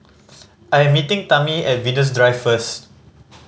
I am meeting Tami at Venus Drive first